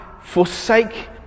forsake